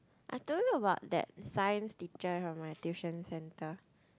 I told you about that science teacher on my tuition center